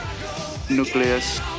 nucleus